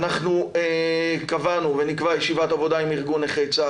אנחנו קבענו ונקבע ישיבת עבודה עם ארגון נכי צה"ל,